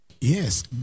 Yes